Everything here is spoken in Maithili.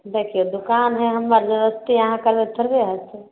देखिऔ दोकान हय हमर ओते अहाँ करबै थोड़बे होइत छै